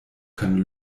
keine